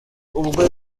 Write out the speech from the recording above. ubwo